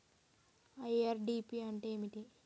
IRDP అంటే ఏమిటి?